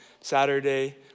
Saturday